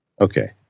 Okay